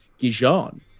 Gijon